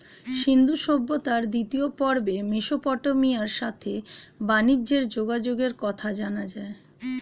সিন্ধু সভ্যতার দ্বিতীয় পর্বে মেসোপটেমিয়ার সাথে বানিজ্যে যোগাযোগের কথা জানা যায়